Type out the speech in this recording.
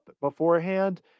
beforehand